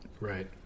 Right